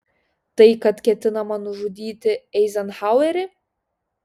tai kad ketinama nužudyti eizenhauerį